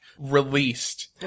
released